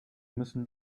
müssen